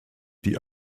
die